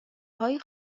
های